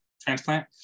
transplant